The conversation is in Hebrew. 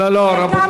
מה זה קשור?